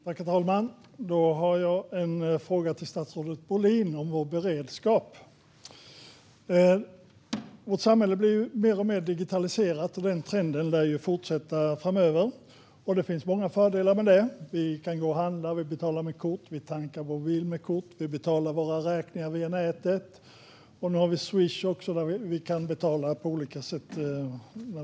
Herr talman! Jag har en fråga till statsrådet Bohlin om vår beredskap. Vårt samhälle blir mer och mer digitaliserat, och denna trend lär fortsätta framöver. Det finns många fördelar med det. Vi kan gå och handla och betala med kort, vi tankar vår bil med kort och vi betalar våra räkningar via nätet. Nu har vi Swish också som vi kan betala med.